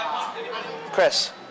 Chris